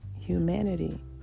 humanity